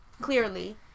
clearly